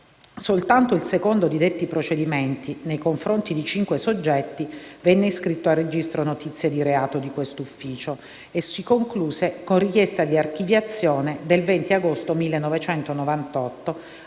soltanto il secondo di detti procedimenti, nei confronti di cinque soggetti, venne iscritto al registro notizie di reato di quest'ufficio e si concluse con richiesta di archiviazione del 20 agosto 1998,